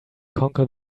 conquer